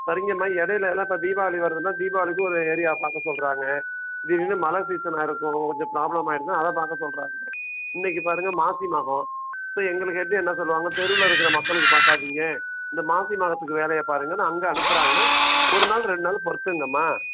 சரிங்க அம்மா இடையிலலாம் இப்போ தீபாவளி வருதுன்னா தீபாவளிக்கு ஒரு ஏரியா பார்க்க சொல்லுறாங்க திடீர்ன்னு மழை சீசன்னாக இருக்கும் கொஞ்சம் ப்ராப்லம் ஆயிருக்குன்னு அதை பார்க்க சொல்லுறாங்க இன்னைக்கு பாருங்கள் மாசி மகம் இப்போ எங்களுக்கு ஹெட்டு என்ன சொல்லுவாங்க தெருவில் இருக்கிற மக்களுக்கு பார்க்காதீங்க இந்த மாசி மகத்துக்கு வேலையை பாருங்கன்னு அங்கே அனுப்புறாங்க ஒரு நாள் ரெண்டு நாள் பொறுத்துக்குங்க அம்மா